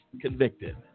convicted